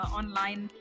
online